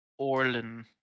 Orlin